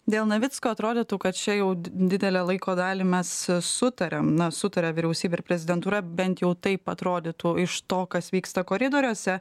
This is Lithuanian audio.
dėl navicko atrodytų kad čia jau di didelę laiko dalį mes sutarėm na sutarė vyriausybė ir prezidentūra bent jau taip atrodytų iš to kas vyksta koridoriuose